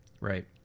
Right